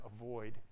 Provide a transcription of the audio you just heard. avoid